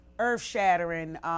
Earth-shattering